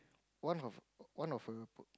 one of one of her